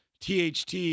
THT